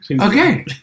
Okay